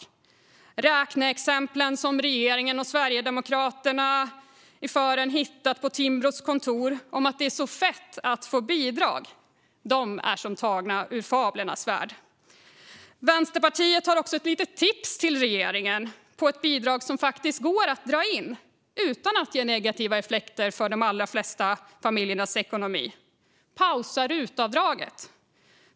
De räkneexempel som regeringen med Sverigedemokraterna i fören har hittat på Timbros kontor, om att det är så fett att få bidrag, är som tagna ur fablernas värld. Vänsterpartiet har ett litet tips till regeringen om ett bidrag som faktiskt går att dra in utan att det ger negativa effekter för de allra flesta familjers ekonomi: Pausa rutavdraget!